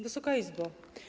Wysoka Izbo!